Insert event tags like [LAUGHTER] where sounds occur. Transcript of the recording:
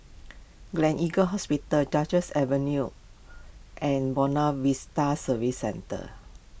[UNINTELLIGIBLE] Hospital Duchess Avenue and Buona Vista Service Centre